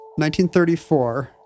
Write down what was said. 1934